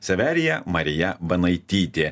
severija marija banaitytė